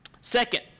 Second